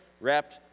wrapped